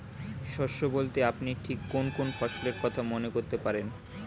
শস্য বলতে আপনি ঠিক কোন কোন ফসলের কথা মনে করতে পারেন?